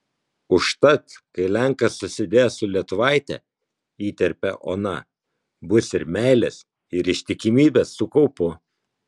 užtat kai lenkas susidės su lietuvaite įterpia ona bus ir meilės ir ištikimybės su kaupu